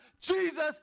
Jesus